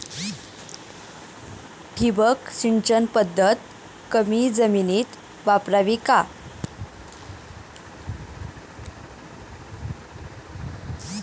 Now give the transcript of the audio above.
ठिबक सिंचन पद्धत कमी जमिनीत वापरावी का?